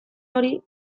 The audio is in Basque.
hori